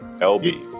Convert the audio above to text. LB